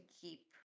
keep